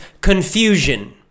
confusion